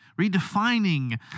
redefining